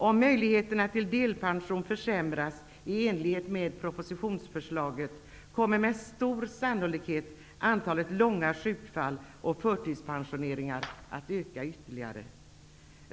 Om möjligheterna till delpension försämras i enlighet med propositionsförslaget kommer med stor sannolikt antalet långa sjukfall och förtidspensioneringar att öka ytterligare.